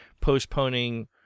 postponing